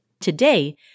Today